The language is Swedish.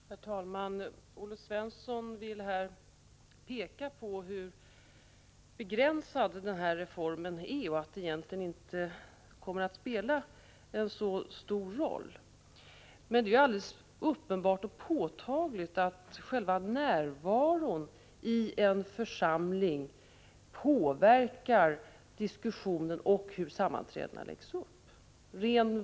Herr talman! Olle Svensson vill framhålla hur begränsad denna reform är och säger att den egentligen inte kommer att spela en så stor roll. Men det är alldeles uppenbart och påtagligt att själva närvaron av personalföreträdare i en församling påverkar diskussionen och sammanträdenas uppläggning.